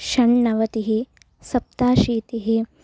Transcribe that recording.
षण्णवतिः सप्ताशीतिः